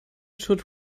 should